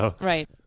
Right